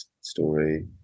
story